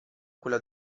quella